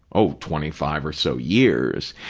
oh, twenty five or so years.